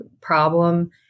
problem